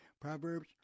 Proverbs